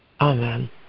Amen